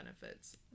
benefits